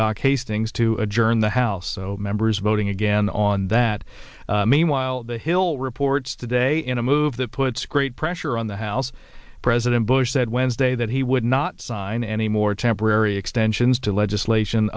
doc hastings to adjourn the house members voting again on that meanwhile the hill reports today in a move that puts great pressure on the house president bush said wednesday that he would not sign anymore temporary extensions to legislation